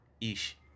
ish